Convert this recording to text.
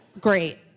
great